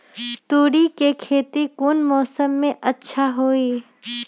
तोड़ी के खेती कौन मौसम में अच्छा होई?